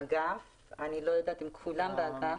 אני לא יודעת אם כולם מקבלים.